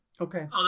Okay